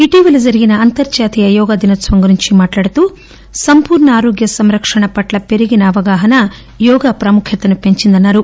ఇటీవల జరిగిన అంతర్హాతీయ యోగా దినోత్సవం గురించి మాట్లాడుతూ సంపూర్ణ ఆరోగ్య సంరక్షణ పట్ల పెరిగిన అవగాహన యోగా ప్రాముఖ్యతను పెంచిందన్నారు